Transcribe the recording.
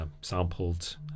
sampled